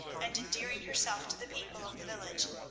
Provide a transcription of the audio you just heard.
and endearing herself to the people of the village,